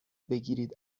بگیرید